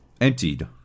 emptied